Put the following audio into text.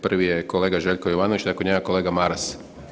Prvi je kolega Željko Jovanović, nakon njega kolega Maras.